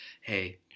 hey